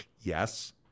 Yes